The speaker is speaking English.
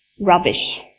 Rubbish